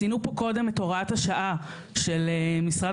ציינו פה קודם את הוראת השעה של משרד